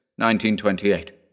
1928